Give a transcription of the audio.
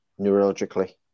neurologically